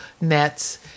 nets